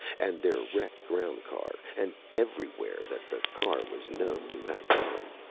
and their wrecked ground car, and everywhere that the car was known to have run.